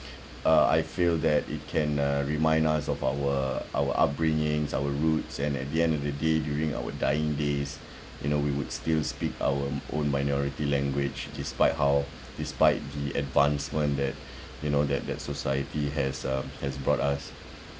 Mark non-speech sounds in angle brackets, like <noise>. <breath> uh I feel that it can uh remind us of our our upbringings our roots and at the end of the day during our dying days you know we would still speak our own minority language despite how despite the advancement that <breath> you know that that society has uh has brought us